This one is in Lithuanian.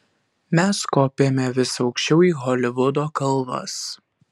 mes kopėme vis aukščiau į holivudo kalvas